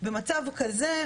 במצב כזה,